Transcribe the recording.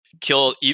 kill